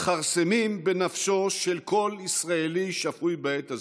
מכרסמים בנפשו של כל ישראלי שפוי בעת הזאת.